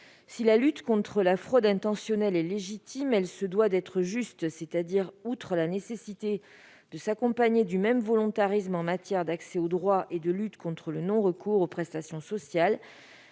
Si la lutte contre la fraude intentionnelle est légitime, elle se doit d'être juste. D'abord, elle doit nécessairement s'accompagner du même volontarisme en matière d'accès aux droits et de lutte contre le non-recours aux prestations sociales.